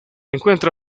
encuentra